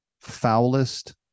foulest